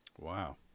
Wow